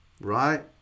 right